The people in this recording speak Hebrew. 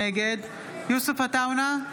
נגד יוסף עטאונה,